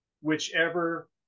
whichever